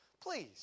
please